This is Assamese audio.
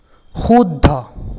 শুদ্ধ